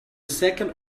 second